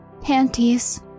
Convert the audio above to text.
panties